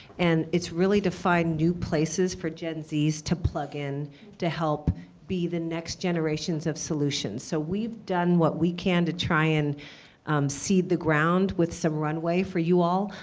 and it's really to find new places for gen zs to plug in to help be the next generations of solutions. so we've done what we can to try and seed the ground with some runway for you all.